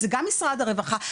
וגם משרד הרווחה.